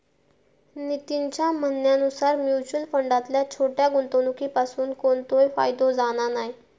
नितीनच्या म्हणण्यानुसार मुच्युअल फंडातल्या छोट्या गुंवणुकीपासून कोणतोय फायदो जाणा नाय